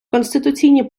конституційні